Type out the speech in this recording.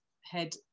head